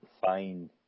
Fine